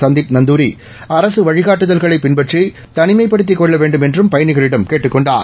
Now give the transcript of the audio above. சந்தீப் நந்தூரி அரசு வழிகாட்டுதல்களை பின்பற்றி தனிமைப்படுத்திக் கொள்ள வேண்டும் என்றும் பயணிகளிடம் கேட்டுக் கொண்டார்